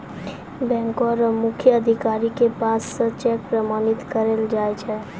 बैंको र मुख्य अधिकारी के पास स चेक प्रमाणित करैलो जाय छै